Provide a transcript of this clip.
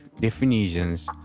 definitions